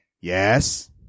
Yes